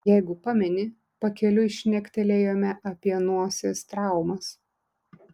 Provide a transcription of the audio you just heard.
jeigu pameni pakeliui šnektelėjome apie nosies traumas